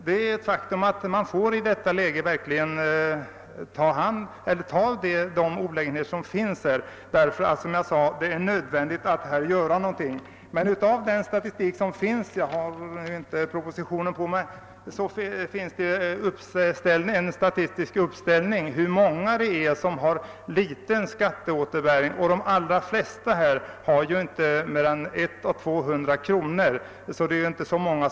Men faktum är att man i den uppkomna situationen får ta de olägenheter som systemet för med sig därför att det är nödvändigt att göra någonting omgående. Den tillgängliga statistiken innehåller en uppställning av hur många som har en relativt liten skatteåterbäring. De allra flesta får inte mer än 100—200 kronor.